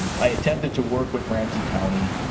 um i attempted to work with ramsey county